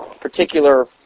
particular